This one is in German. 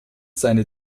seine